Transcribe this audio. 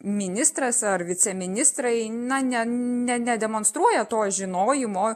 ministras ar viceministrai na ne ne nedemonstruoja to žinojimo